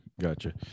gotcha